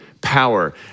power